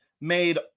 made